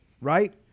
right